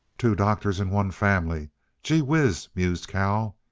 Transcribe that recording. two doctors in one family gee whiz! mused cal.